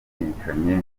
wamenyekanye